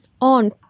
on